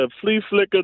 flea-flicker